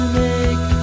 make